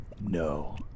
No